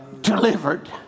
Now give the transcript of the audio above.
delivered